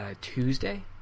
Tuesday